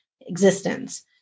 Existence